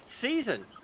season